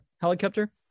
helicopter